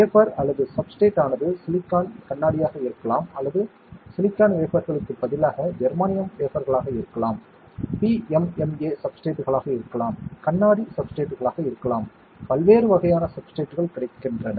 wafer அல்லது substrate ஆனது silicon கண்ணாடியாக இருக்கலாம் அல்லது சிலிக்கான் வேஃபர்களுக்குப் பதிலாக ஜெர்மானியம் வேஃபர்களாக இருக்கலாம் PMMA சப்ஸ்ட்ரேட்களாக இருக்கலாம் கண்ணாடி சப்ஸ்ட்ரேட்களாக இருக்கலாம் பல்வேறு வகையான சப்ஸ்ட்ரேட்கள் கிடைக்கின்றன